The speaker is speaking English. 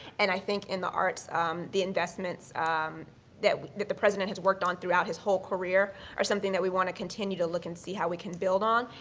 and i think in the arts the investments that that the president has worked on throughout his whole career are something that we want to continue to look and see how we can build on,